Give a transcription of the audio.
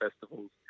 festivals